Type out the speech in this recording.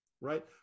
Right